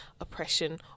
oppression